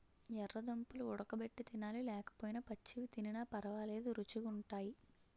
యెర్ర దుంపలు వుడగబెట్టి తినాలి లేకపోయినా పచ్చివి తినిన పరవాలేదు రుచీ గుంటయ్